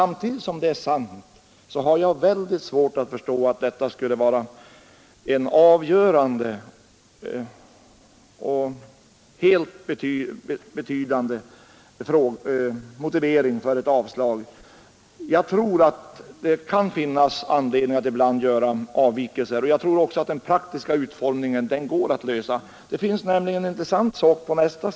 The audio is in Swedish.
Även om det är sant har jag väldigt svårt att förstå att detta skulle vara en helt avgörande motivering för ett avstyrkande. Jag tror att det kan finnas anledning att ibland göra avvikelser. Jag tror också att problemet med den praktiska utformningen går att lösa.